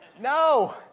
No